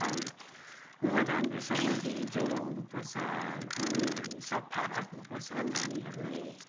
पानीमा राम्रोसँगले जोगाउनुपर्छ अनि सफा राख्नुपर्छ नानीहरूलाई